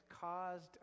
caused